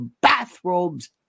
bathrobes